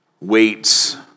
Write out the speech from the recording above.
weights